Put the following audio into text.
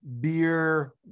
beer